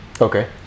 Okay